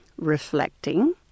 reflecting